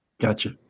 Gotcha